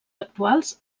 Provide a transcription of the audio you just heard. actuals